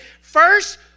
First